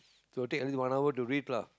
so take at least one hour to read lah